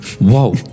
wow